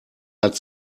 hat